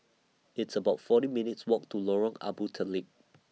It's about forty minutes' Walk to Lorong Abu Talib